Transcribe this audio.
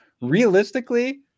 realistically